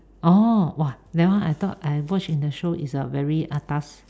orh !wah! that one I thought I watch in the show is very atas